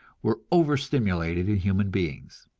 were overstimulated in human beings.